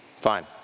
Fine